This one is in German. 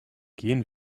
gehen